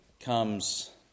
comes